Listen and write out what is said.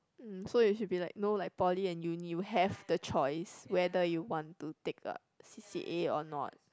um so it should be like you know like in Poly and uni you have the choice whether you want to take up C_C_A or not